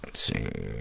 see.